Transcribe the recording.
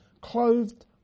clothed